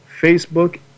Facebook